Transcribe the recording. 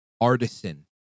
artisan